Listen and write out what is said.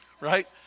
Right